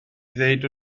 ddweud